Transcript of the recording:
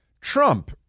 Trump